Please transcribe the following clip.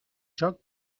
joc